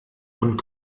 und